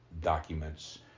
documents